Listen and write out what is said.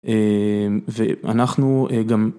ואנחנו גם